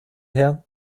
her